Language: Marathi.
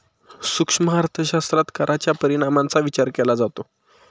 सूक्ष्म अर्थशास्त्रात कराच्या परिणामांचा विचार केला जातो